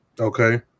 Okay